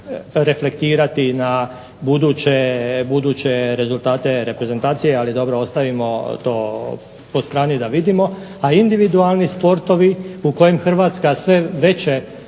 na buduće rezultate reprezentacije ali dobro ostavimo to po strani da vidimo. A individualni sportovi u kojima Hrvatska sve veće